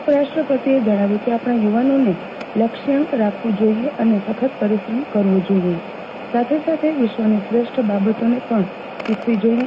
ઉપરાષ્ટ્રપતિએ જજ્ઞાવ્યું કે આપજ્ઞા યુવાનોએ લક્ષ્યાંક રાખવું જોઇએ અને સખત પરિશ્રમ કરવો જોઇએ સાથે સાથે વિશ્વની શ્રેષ્ઠ બાબતોને પણ શીખવી જોઇએ